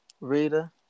Rita